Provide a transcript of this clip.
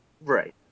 Right